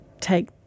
take